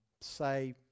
say